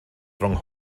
rhwng